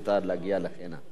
להגיע עד הנה.